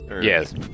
Yes